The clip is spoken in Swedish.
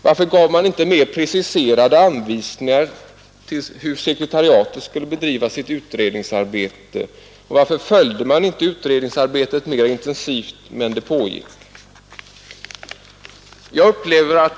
Varför gav man inte mer preciserade anvisningar om hur sekretariatet skulle bedriva sitt utredningsarbete? Varför följde man inte utredningsarbetet mera intensivt medan det pågick?